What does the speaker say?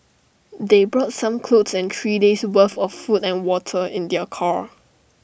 they brought some clothes and three days' worth of food and water in their car